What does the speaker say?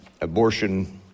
abortion